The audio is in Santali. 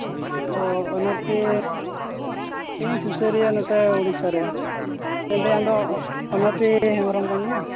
ᱚ ᱚᱱᱚᱛᱤ ᱤᱧ ᱥᱩᱥᱟᱹᱨᱤᱭᱟᱹ ᱱᱚᱛᱮ ᱳᱲᱤᱥᱟ ᱨᱮᱱ ᱢᱮᱱᱫᱟᱹᱧ ᱟᱢ ᱫᱚ ᱚᱱᱚᱛᱤ ᱦᱮᱢᱵᱨᱚᱢ ᱠᱟᱱ ᱜᱮᱭᱟᱢ